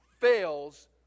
fails